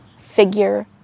figure